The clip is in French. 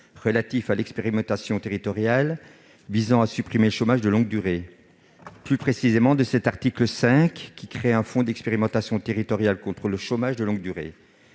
relatif à l'expérimentation territoriale visant à supprimer le chômage de longue durée et, plus précisément, à celles de cet article 5, qui crée un fonds d'expérimentation territoriale contre le chômage de longue durée.